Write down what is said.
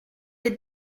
the